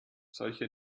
solche